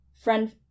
friend-